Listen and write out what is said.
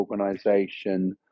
organization